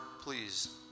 please